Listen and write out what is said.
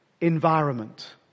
environment